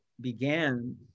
began